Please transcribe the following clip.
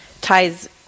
ties